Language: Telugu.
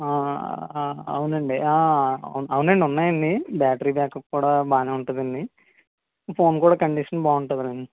అవునండి ఆ అవునండి ఉన్నాయండి బ్యాటరీ బ్యాక్ అప్ కూడా బాగానే ఉంటుందండి ఫోన్ కూడా కండీషన్ బాగుంటుందండి